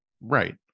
right